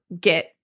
get